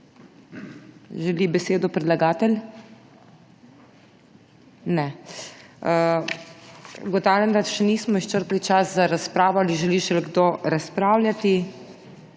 Želi besedo predlagatelj? Ne. Ugotavljam, da še nismo izčrpali časa za razpravo. Ali želi še kdo razpravljati?